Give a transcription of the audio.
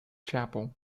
chapel